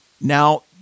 Now